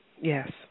Yes